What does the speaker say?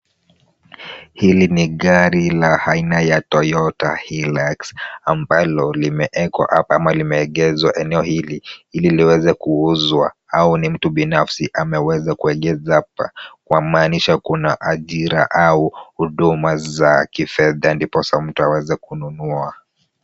Hili ni gari la aina ya Toyota Hilux ambalo limeekwa hapa ama limeegeshwa eneo hili ili liweze kuuzwa au ni mtu binafsi ameweza kuegesha hapa kwa maanisha kuna ajira au huduma za kifedha ndiposa mtu aweze kununua.